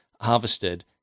harvested